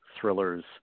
thrillers